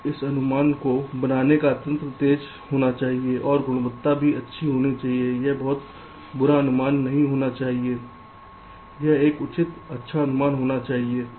अब इस अनुमान को बनाने का तंत्र तेज़ होना चाहिए और गुणवत्ता भी अच्छी होनी चाहिए यह बहुत बुरा अनुमान नहीं होना चाहिए यह एक उचित अच्छा अनुमान होना चाहिए